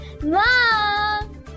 Mom